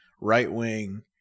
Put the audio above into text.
right-wing